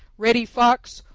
reddy fox,